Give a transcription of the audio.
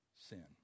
sin